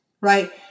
right